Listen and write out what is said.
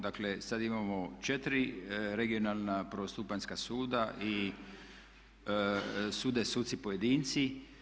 Dakle, sad imamo 4 regionalna prvostupanjska suda i sude suci pojedinci.